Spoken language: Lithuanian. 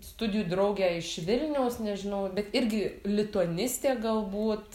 studijų draugę iš vilniaus nežinau bet irgi lituanistė galbūt